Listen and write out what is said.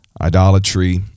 idolatry